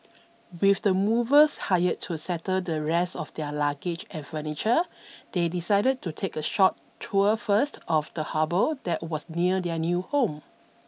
with the movers hired to settle the rest of their luggage and furniture they decided to take a short tour first of the harbour that was near their new home